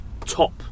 Top